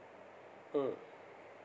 mm